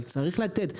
אבל צריך לתת.